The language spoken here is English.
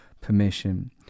permission